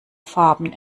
farben